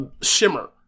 Shimmer